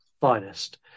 finest